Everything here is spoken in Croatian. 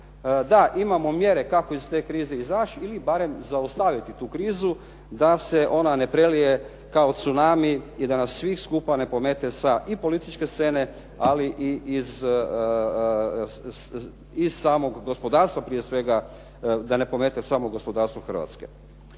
da, imamo mjere kako iz te krize izaći ili barem zaustaviti tu krizu da se ona ne prelije kao tsunami i da nas sve skupa ne pomete i sa političke scene, ali i iz samog gospodarstva prije svega, da ne pomete samo gospodarstvo Hrvatske.